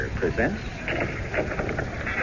presents